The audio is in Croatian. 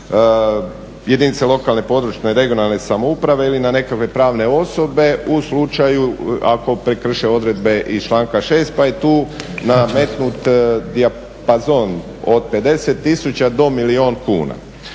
jedinice lokalne, područne i regionalne samouprave ili na nekakve pravne osobe u slučaju ako prekrše odredbe iz članka 6. pa je tu nametnut … od 50 tisuća do milijun kuna.